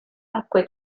acque